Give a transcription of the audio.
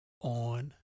on